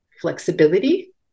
flexibility